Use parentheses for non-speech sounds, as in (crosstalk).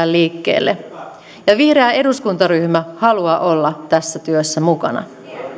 (unintelligible) liikkeelle vihreä eduskuntaryhmä haluaa olla tässä työssä mukana